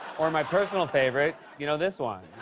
or my personal favorite, you know, this one.